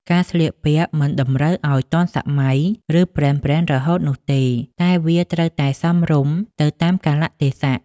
ការស្លៀកពាក់មិនតម្រូវឲ្យទាន់សម័យ ឬប្រេនៗរហូតនោះទេ តែវាត្រូវតែសមរម្យទៅតាមកាលៈទេសៈ។